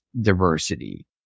diversity